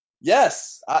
Yes